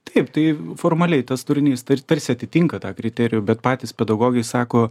taip tai formaliai tas turinys tar tarsi atitinka tą kriterijų bet patys pedagogai sako